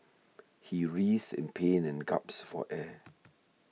he writhed in pain and gasped for air